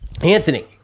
Anthony